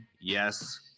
Yes